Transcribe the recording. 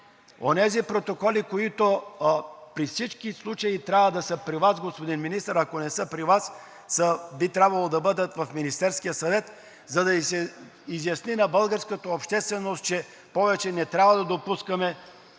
Онези протоколи, които при всички случаи трябва да са при Вас, господин Министър. Ако не са при Вас, би трябвало да бъдат в Министерския съвет, за да се изясни на българската общественост, че повече не трябва да допускаме